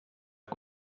que